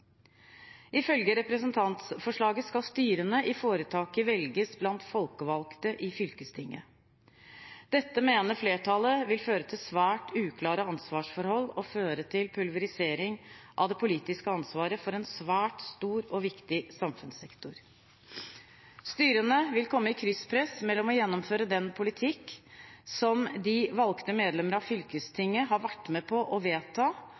Ifølge representantforslaget skal styrene i foretakene velges blant folkevalgte i fylkestinget. Dette mener flertallet vil føre til svært uklare ansvarsforhold og pulverisering av det politiske ansvaret for en svært stor og viktig samfunnssektor. Styrene vil komme i krysspress mellom å gjennomføre den politikken som de valgte medlemmer av fylkestinget har vært med på å vedta,